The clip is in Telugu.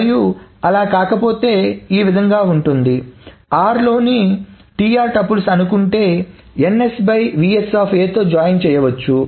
మరియు అలా కాకపోతే ఈ విధముగా ఉంటుంది r లోని tr టుపుల్స్ అనుకుంటే తో జాయిన్ చేయవచ్చు